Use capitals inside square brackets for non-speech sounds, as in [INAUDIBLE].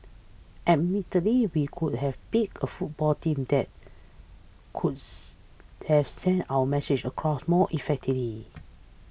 admittedly we could have picked a football team that could [UNINTELLIGIBLE] have sent our message across more effectively